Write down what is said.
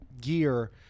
gear